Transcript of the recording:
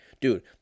dude